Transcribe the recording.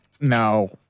No